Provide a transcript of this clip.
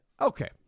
okay